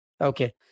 Okay